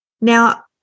Now